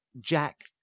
Jack